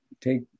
take